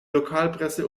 lokalpresse